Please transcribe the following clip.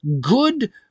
good